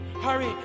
hurry